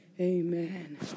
amen